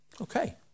Okay